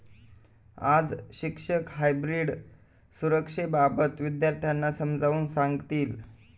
आज शिक्षक हायब्रीड सुरक्षेबाबत विद्यार्थ्यांना समजावून सांगतील